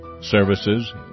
services